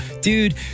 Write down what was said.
Dude